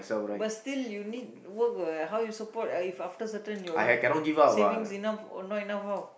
but still you need work what how you support if after certain your in saving enough not enough how